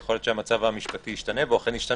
יכול להיות שהמצב המשפטי ישתנה והוא אכן השתנה.